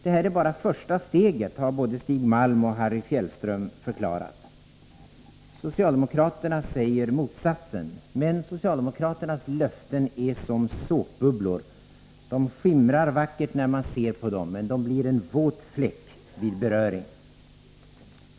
Detta är bara första steget, har både Stig Malm och Harry Fjällström förklarat. Socialdemokraterna säger motsatsen. Men socialdemokraternas löften är som såpbubblor — de skimrar vackert när man ser på dem, men de blir en våt fläck vid beröring.